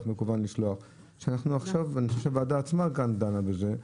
אני חושב שהוועדה עצמה כאן דנה בזה.